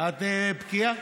את בקיאה.